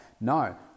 No